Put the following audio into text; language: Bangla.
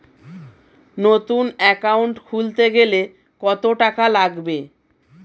নতুন একাউন্ট খুলতে গেলে কত টাকা লাগবে?